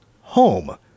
Home